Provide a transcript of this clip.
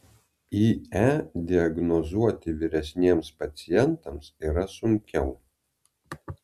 ie diagnozuoti vyresniems pacientams yra sunkiau